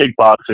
kickboxing